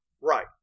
Right